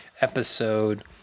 episode